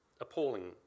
appalling